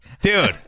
Dude